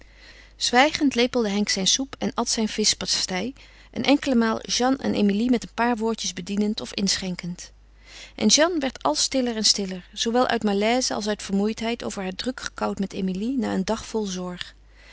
zwijgend lepelde henk zijn soep en at zijn vischpastei een enkele maal jeanne en emilie met een paar woordjes bedienend of inschenkend en jeanne werd al stiller en stiller zoowel uit malaise als uit vermoeidheid over haar druk gekout met emilie na een dag vol zorg